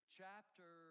chapter